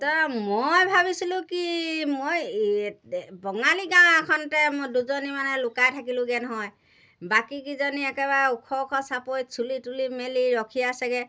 ত মই ভাবিছিলোঁ কি মই বঙালী গাঁও এখনতে মই দুজনী মানে লুকাই থাকিলোঁগৈ নহয় বাকী কেইজনী একেবাৰে ওখ ওখ চাপৰিত চুলি তুলি মেলি ৰখি আছেগৈ